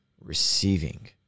receiving